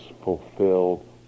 fulfilled